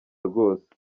rwose